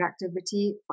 productivity